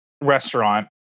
restaurant